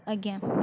ଆଜ୍ଞା